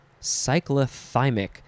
cyclothymic